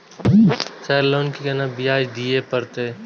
Sir loan के केना ब्याज दीये परतें?